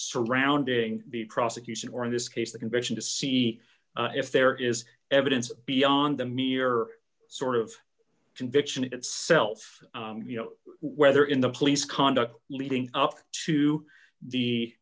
surrounding the prosecution or in this case the conviction to see if there is evidence beyond the mere sort of conviction itself you know whether in the police conduct leading up to